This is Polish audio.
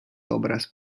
obraz